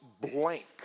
blank